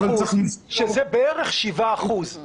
שזה בערך שבעה אחוזים.